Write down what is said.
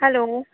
hello